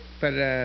para